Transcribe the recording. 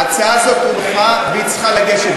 ההצעה הזאת הונחה והיא צריכה להיות מוגשת.